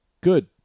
Good